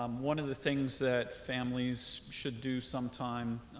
um one of the things that families should do some time